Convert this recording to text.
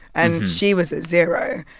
and she was at zero.